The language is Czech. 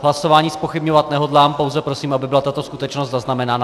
Hlasování zpochybňovat nehodlám, pouze prosím, aby byla tato skutečnost zaznamenána.